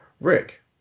Rick